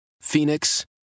Phoenix